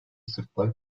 sırplar